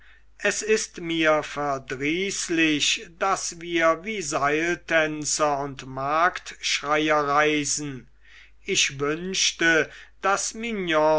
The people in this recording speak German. es ist mir verdrießlich daß wir wie seiltänzer und marktschreier reisen ich wünschte daß